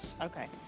Okay